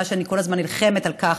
מה שאני כל הזמן נלחמת עליו,